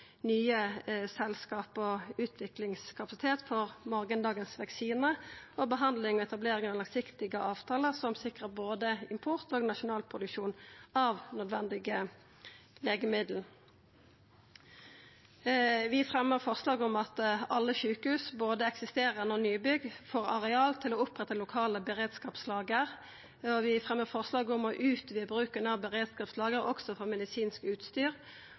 nye selskap og utviklingskapasitet for morgondagens vaksiner og behandling og etablering av langsiktige avtaler som sikrar både import og nasjonal produksjon av nødvendige legemiddel. Vi fremjar forslag saman med Arbeidarpartiet og Sosialistisk Venstreparti om at alle sjukehus, både eksisterande og nybygg, får areal til å oppretta lokale beredskapslager, og om å utvide bruken av beredskapslager også for medisinsk utstyr.